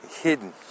hidden